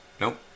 nope